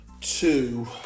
two